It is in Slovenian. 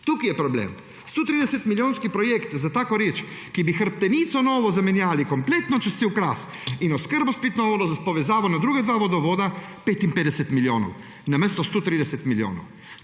Tukaj je problem. 130-milijonski projekt za tako reč, ki bi hrbtenico novo zamenjali, kompletno, čez cel Kras in oskrbo s pitno vodo, s povezavo na druga dva vodovoda, 55 milijonov, namesto 130 milijonov.